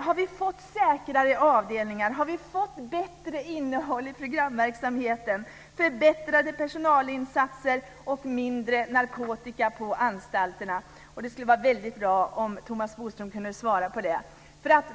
Har vi fått säkrare avdelningar och bättre innehåll i programverksamheten, förbättrade personalinsatser och mindre narkotika på anstalterna? Det skulle vara väldigt bra om Thomas Bodström kunde svara på det.